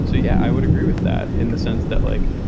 so yeah, i would agree with that, in the sense that like,